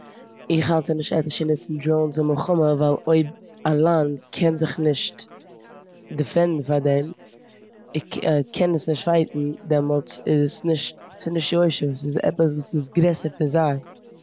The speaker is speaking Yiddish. איך האלט ס'נישט עטיש צו נוצן דראונס אין מלחמה ווייל אויב א לאנד קען זיך נישט דעפענדן פאר דעם, ער ק- קען עס נישט פייטן, דעמאלטס איז עס נישט- ס'נישט יושר. ס'איז עפעס וואס איז גרעסער פון זיי.